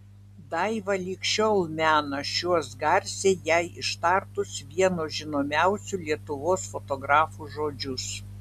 daiva lig šiol mena šiuos garsiai jai ištartus vieno žinomiausių lietuvos fotografų žodžius